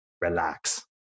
relax